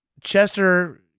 Chester